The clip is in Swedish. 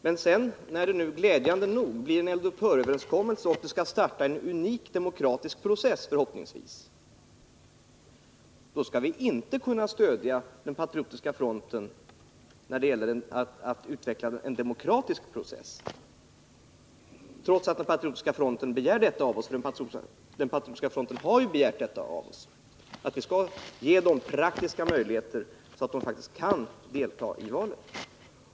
Men när det nu — glädjande nog-— blir en eldupphöröverenskommelse och när en unik demokratisk process förhoppningsvis skall påbörjas, då skall vi inte längre kunna stödja Patriotiska fronten. Vi skall alltså inte stödja den i arbetet med denna demokratiska process, trots att de begärt detta av oss. Patriotiska fronten har ju begärt av oss att vi skall ge dem praktiska möjligheter att delta i valet.